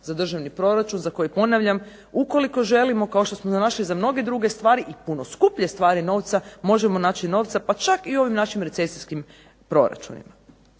za državni proračun za koji ponavljam ukoliko želimo kao što smo našli za mnoge druge stvari i puno skuplje stvari novca možemo naći novca pa čak i u ovim našim recesijskim proračunima.